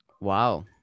Wow